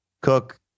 Cook